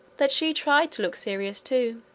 that she tried to look serious too,